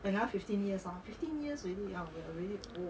fifteen years